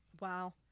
Wow